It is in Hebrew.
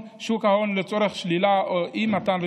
בשנת 2020 סך התפיסות בחברה הערבית